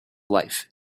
life